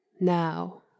now